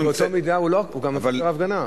אבל באותה מידה הוא גם מפזר הפגנה,